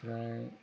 ओमफ्राय